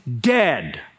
dead